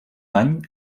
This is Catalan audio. any